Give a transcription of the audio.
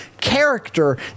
character